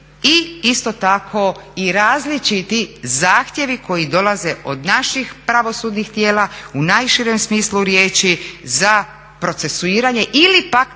i isto tako i različiti zahtjevi koji dolaze od naših pravosudnih tijela u najširem smislu riječi za procesuiranje ili pak za davanje